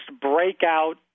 breakout